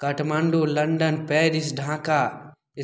Kathmandu London Paris Dhaka